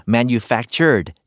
Manufactured